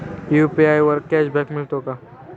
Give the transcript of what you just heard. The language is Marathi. यु.पी.आय वर कॅशबॅक मिळतो का?